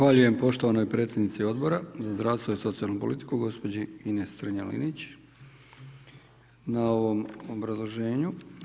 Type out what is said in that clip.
Zahvaljujem poštovanoj predsjednici Odbora za zdravstvo i socijalnu politiku gospođi Ines Strenja Linić na ovom obrazloženju.